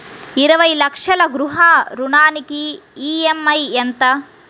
ఇరవై లక్షల గృహ రుణానికి ఈ.ఎం.ఐ ఎంత?